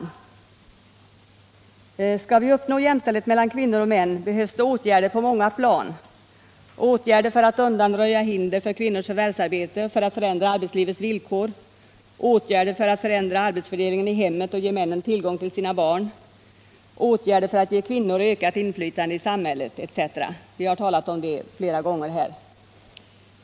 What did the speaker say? Om vi skall uppnå jämställdhet mellan kvinnor och män behövs det åtgärder på många plan, åtgärder för att undanröja hinder för kvinnornas förvärvsarbete och för att förändra arbetslivets villkor, åtgärder för att förändra arbetsfördelningen i hemmet och ge männen tillgång till sina barn, åtgärder för att ge kvinnor ökat inflytande i samhället etc. Vi har ofta talat om detta här i riksdagen.